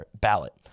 ballot